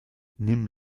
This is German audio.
nimm